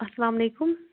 اَسلام علیکُم